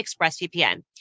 ExpressVPN